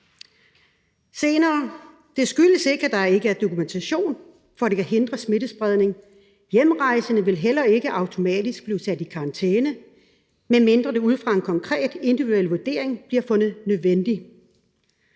»Det skyldes, at der ikke er dokumentation for, at det kan hindre smittespredning. Hjemrejsende vil heller ikke automatisk blive sat i karantæne, medmindre det ud fra en konkret, individuel vurdering bliver fundet nødvendigt.«